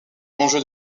l’enjeu